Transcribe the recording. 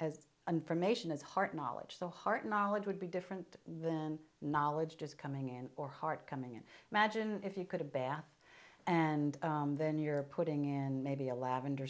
as information is heart knowledge so heart knowledge would be different than knowledge just coming in or heart coming in imagine if you could a bath and then you're putting in maybe a lavender